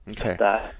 Okay